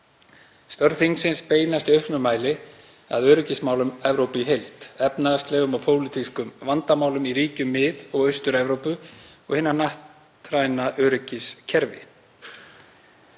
Störf þingsins beinast í auknum mæli að öryggismálum Evrópu í heild, efnahagslegum og pólitískum vandamálum í ríkjum Mið- og Austur-Evrópu og hinu hnattræna öryggiskerfi.